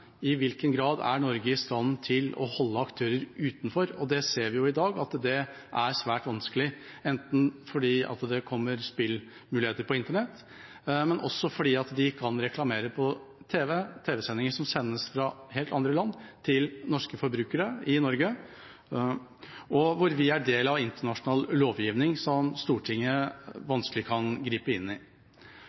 I hvilken grad er Norge i stand til å holde aktører utenfor? Det ser vi i dag er svært vanskelig, enten fordi det kommer spillmuligheter på internett, eller fordi man kan reklamere på tv, tv-sendinger som sendes fra helt andre land, til norske forbrukere i Norge, og hvor vi er del av internasjonal lovgivning, som Stortinget vanskelig kan gripe inn i.